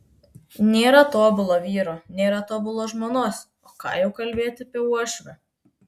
nėra tobulo vyro nėra tobulos žmonos o ką jau kalbėti apie uošvę